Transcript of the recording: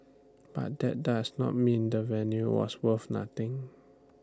but that does not mean the venue was worth nothing